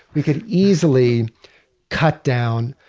we could easily cut down,